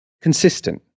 consistent